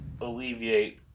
alleviate